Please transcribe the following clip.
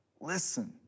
listen